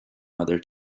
mother